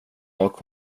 och